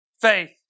faith